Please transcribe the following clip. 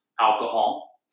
alcohol